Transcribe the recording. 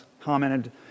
commented